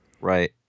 Right